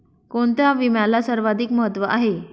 कोणता विम्याला सर्वाधिक महत्व आहे?